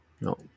No